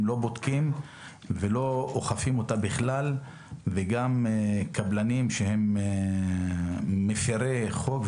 לא בודקים ולא אוכפים אותה בכלל וגם קבלנים שהם מפירי חוק,